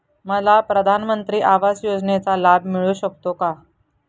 मला प्रधानमंत्री आवास योजनेचा लाभ मिळू शकतो का?